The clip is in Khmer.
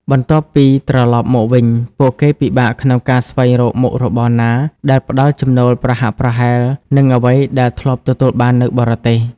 បន្ទាប់ពីត្រឡប់មកវិញ ពួកគេពិបាកក្នុងការស្វែងរកមុខរបរណាដែលផ្តល់ចំណូលប្រហាក់ប្រហែលនឹងអ្វីដែលធ្លាប់ទទួលបាននៅបរទេស។